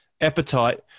appetite